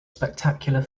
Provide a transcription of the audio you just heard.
spectacular